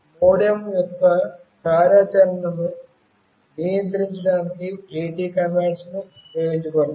MODEM యొక్క కార్యాచరణను నియంత్రించడానికి AT కమాండ్స్ ఉపయోగించబడతాయి